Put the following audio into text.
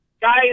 Guys